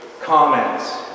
Comments